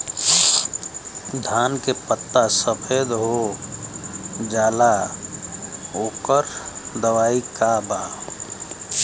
धान के पत्ता सफेद हो जाला ओकर दवाई का बा?